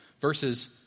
verses